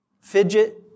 Fidget